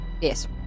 Yes